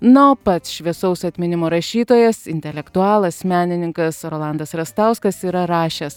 na o pat šviesaus atminimo rašytojas intelektualas menininkas rolandas rastauskas yra rašęs